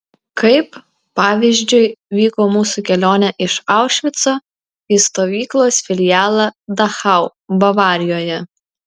kaip pavyzdžiui vyko mūsų kelionė iš aušvico į stovyklos filialą dachau bavarijoje